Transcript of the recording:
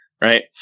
Right